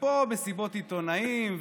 ופה מסיבות עיתונאים,